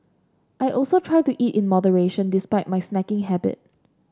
I also try to eat in moderation despite my snacking habit